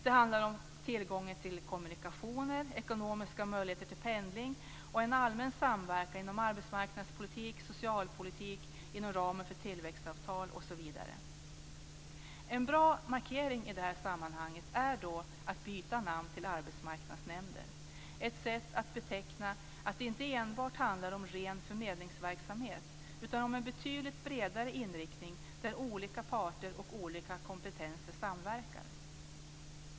Det handlar om tillgången till kommunikationer, om ekonomiska möjligheter till pendling och om en allmän samverkan inom arbetsmarknadspolitik och socialpolitik inom ramen för tillväxtavtal osv. En bra markering i det här sammanhanget är därför att byta namn och ändra till begreppet arbetsmarknadsnämnder - ett sätt att beteckna att det inte enbart handlar om ren förmedlingsverksamhet utan att det handlar om en betydligt bredare inriktning där olika parter och olika kompetenser samverkar.